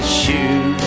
shoes